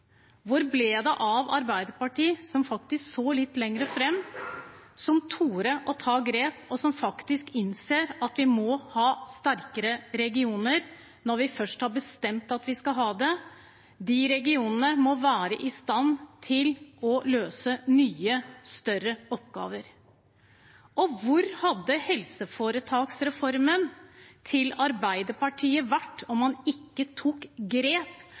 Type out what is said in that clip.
av Arbeiderpartiet, som faktisk så litt lenger fram, som torde å ta grep, og som faktisk innser at vi må ha sterkere regioner når vi først har bestemt at vi skal ha det? De regionene må være i stand til å løse nye, større oppgaver. Og hvor hadde helseforetaksreformen til Arbeiderpartiet vært om man ikke tok grep,